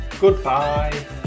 Goodbye